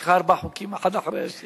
יש לך ארבעה חוקים, אחד אחרי השני.